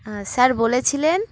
হ্যাঁ স্যার বলেছিলেন